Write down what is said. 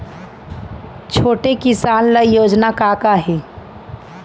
छोटे किसान ल योजना का का हे?